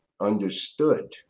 understood